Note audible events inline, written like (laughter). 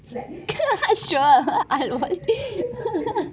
like (laughs) sure I don' think